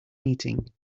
meeting